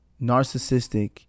narcissistic